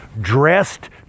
dressed